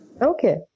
Okay